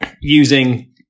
using